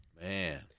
Man